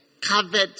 covered